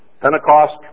Pentecost